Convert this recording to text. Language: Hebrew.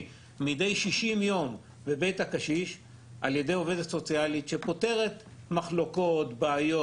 מדי 60 יום בבית הקשיש ע"י עובדת סוציאלית שפותרת מחלוקות ובעיות.